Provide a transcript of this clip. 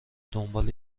دنبال